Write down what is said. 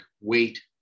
weight